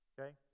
okay